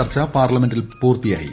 ചർച്ച പാർലമെന്റിൽ പൂർത്തിയായി